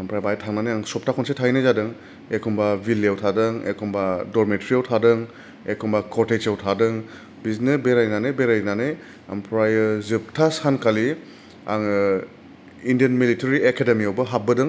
ओमफ्राय बाहाय थानानै आं सप्ता खुनसे थाहैनाय जादों एखम्बा भिलायाव थादों एखम्बा डरमेट्रियाव थादों एखम्बा कटेजाव थादों बिदिनो बेरायनानै बेरायनानै ओमफ्राय जोबथा सानखालि आङो इन्दियान मिलिटारि एकाडेमियावबो हाबबोदों